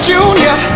Junior